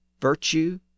virtue